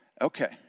Okay